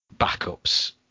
backups